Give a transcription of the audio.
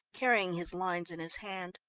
carrying his lines in his hand.